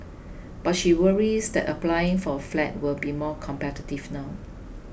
but she worries that applying for a flat will be more competitive now